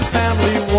family